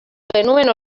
genuen